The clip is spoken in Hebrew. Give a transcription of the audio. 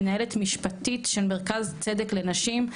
מנהלת משפטית של מרכז צדק לנשים,